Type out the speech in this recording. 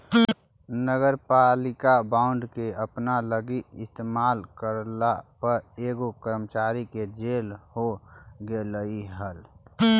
नगरपालिका बॉन्ड के अपना लागी इस्तेमाल करला पर एगो कर्मचारी के जेल हो गेलई हल